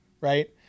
right